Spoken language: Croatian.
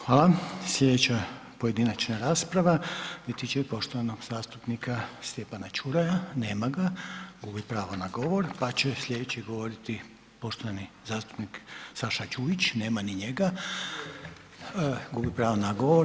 Hvala, slijedeća pojedinačna rasprava biti će poštovanog zastupnika Stjepana Čuraja, nema ga, gubi pravo na govor pa će slijedeći govoriti poštovani zastupnik Saša Đujić, nema ni njega, gubi pravo na govor.